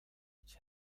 which